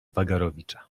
wagarowicza